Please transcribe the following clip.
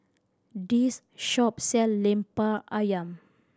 this shop sell Lemper Ayam